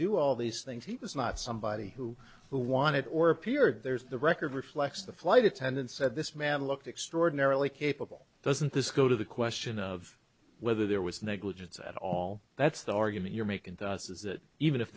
do all these things he was not somebody who who wanted or appeared there's the record reflects the flight attendant said this man looked extraordinarily capable doesn't this go to the question of whether there was negligence at all that's the argument you're making is that even if